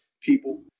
people